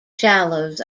shallows